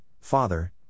Father